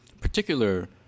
particular